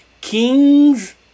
kings